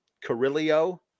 Carrillo